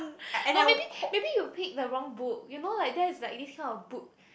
no maybe maybe you pick the wrong book you know like that is like this kind of book